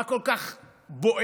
מה כל כך בוער?